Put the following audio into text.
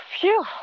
Phew